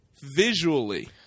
visually